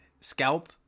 scalp